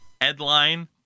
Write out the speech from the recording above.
headline